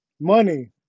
Money